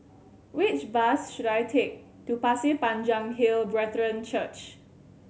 which bus should I take to Pasir Panjang Hill Brethren Church